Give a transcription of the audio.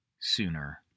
sooner